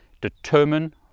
Determine